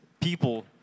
people